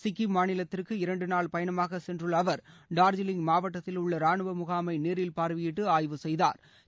சிக்கிம் மாநிலத்திற்கு இரண்டு நாள் பயணமாக சென்றுள்ள அவர் டார்ஜிலிங் மாவட்டத்திலுள்ள ராணுவ முகாமை நேரில் பார்வையிட்டு ஆய்வு செய்தாா்